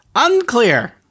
Unclear